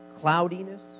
cloudiness